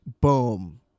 boom